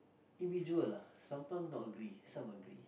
individual lah sometime not agree some agree